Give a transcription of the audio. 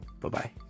Bye-bye